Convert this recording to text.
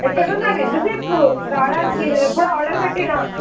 ఎక్కడున్నారు ఎంతసేపు రావడానికి నేను ఎప్పుడో ఆర్డర్ పెట్టినా